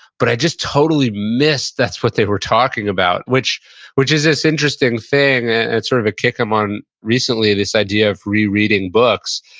but i just totally missed that's what they were talking about. which which is this interesting thing and it's sort of a kicker on recently, this idea of rereading books,